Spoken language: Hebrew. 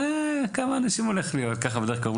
כמה אנשים כבר עומדים להיות?